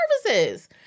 services